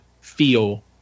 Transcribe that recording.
feel